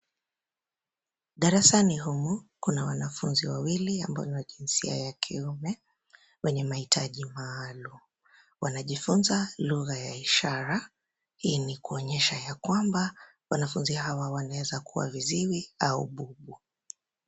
Darasa humu kuna wanafunzi wawili ambao ni wa jinsia ya kiume wenye mahitaji maalum. Wanajifunza lugha ya ishara, hii ni kuonesha ya kwamba wanafunzi hawa wanaweza kuwa viziwi au bubu.